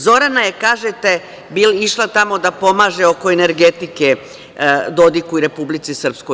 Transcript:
Zorana je, kažete, išla tamo da pomaže oko energetike Dodiku i Republici Srpskoj.